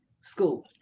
school